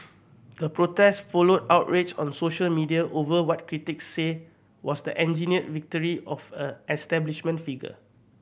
the protest followed outrage on social media over what critics say was the engineered victory of a establishment figure